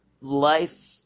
life